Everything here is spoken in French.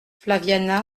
flaviana